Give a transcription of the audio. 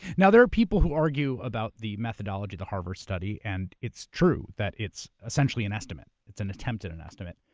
now, there people who argue about the methodology of the harvard study and it's true that it's essentially an estimate, it's an attempt at an estimate.